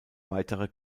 weitere